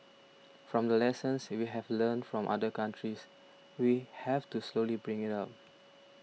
from the lessons we have learnt from other countries we have to slowly bring it up